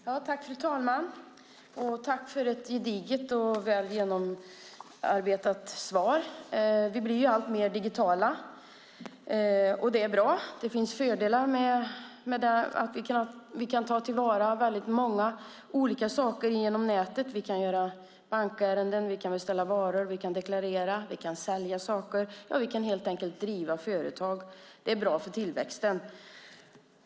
Fru talman! Jag tackar statsrådet för ett gediget och väl genomarbetat svar. Vi blir alltmer digitala och det är bra. Det finns fördelar med att vi kan göra så mycket på nätet. Vi kan göra bankärenden, beställa varor, deklarera, sälja saker och driva företag. Det är bra för tillväxten.